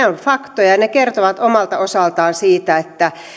ovat faktoja ne kertovat omalta osaltaan siitä että